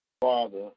Father